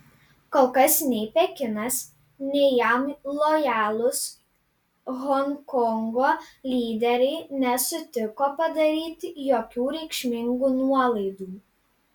kol kas nei pekinas nei jam lojalūs honkongo lyderiai nesutiko padaryti jokių reikšmingų nuolaidų